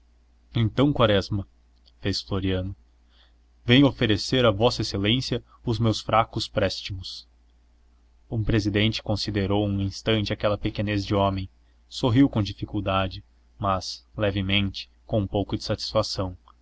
então quaresma fez floriano venho oferecer a vossa excelência os meus fracos préstimos o presidente considerou um instante aquela pequenez de homem sorriu com dificuldade mas levemente com um pouco de satisfação